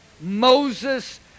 Moses